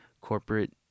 corporate